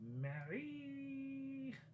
Mary